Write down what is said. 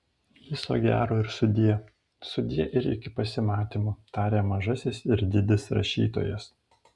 viso gero ir sudie sudie ir iki pasimatymo taria mažasis ir didis rašytojas